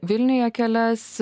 vilniuje kelias